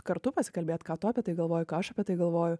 kartu pasikalbėt ką tu apie tai galvoji ką aš apie tai galvoju